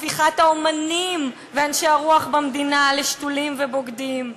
הפיכת האמנים ואנשי הרוח במדינה לשתולים ובוגדים?